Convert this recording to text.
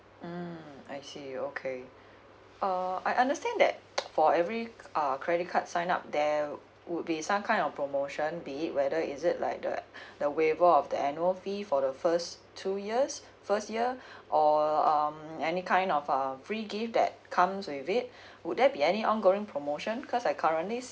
mm I see okay uh I understand that for every err credit card sign up there would be some kind of promotion be it whether is it like the the waiver of the annual fee for the first two years first year or um any kind of um free gift that comes with it would there be any ongoing promotion cause I currently